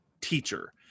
teacher